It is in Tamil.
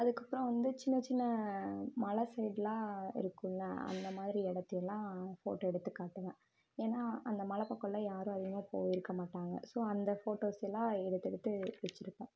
அதுக்கப்றம் வந்து சின்ன சின்ன மலை சைட்லாம் இருக்குதில்ல அந்த மாதிரி இடத்தியுல்லா ஃபோட்டோ எடுத்துக் காட்டுவேன் ஏன்னா அந்த மலை பக்கலாம் யாரும் அதிகமாக போயிருக்க மாட்டாங்கள் ஸோ அந்த ஃபோட்டோஸெல்லாம் எடுத்து எடுத்து வச்சிருப்பேன்